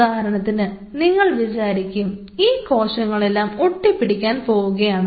ഉദാഹരണത്തിന് നിങ്ങൾ വിചാരിക്കും ഈ കോശങ്ങളെല്ലാം ഒട്ടി പിടിക്കാൻ പോവുകയാണ്